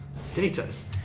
status